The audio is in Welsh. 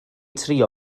trio